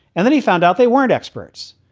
and then he found out they weren't experts,